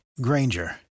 granger